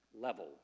level